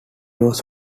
was